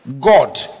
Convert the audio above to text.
God